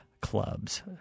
clubs